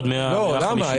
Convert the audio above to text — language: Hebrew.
לא, למה?